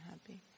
happy